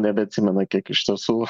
nebeatsimena kiek iš tiesų